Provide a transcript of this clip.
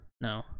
No